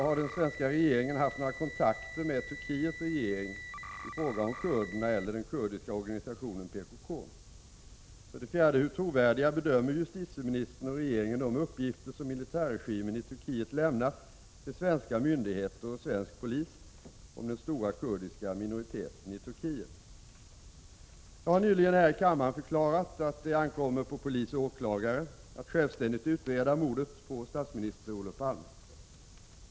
Har den svenska regeringen haft några kontakter med Turkiets regering i fråga om kurderna eller den kurdiska organisationen PKK? 4. Hur trovärdiga bedömer justitieministern och regeringen de uppgifter som militärregimen i Turkiet lämnar till svenska myndigheter och svensk polis om den stora kurdiska minoriteten i Turkiet? Jag har nyligen här i kammaren förklarat att det ankommer på polis och åklagare att självständigt utreda mordet på statsminister Olof Palme.